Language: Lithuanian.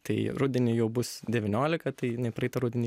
tai rudenį jau bus devyniolika tai jinai praeitą rudenį